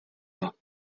pas